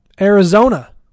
Arizona